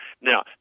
Now